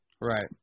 Right